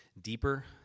deeper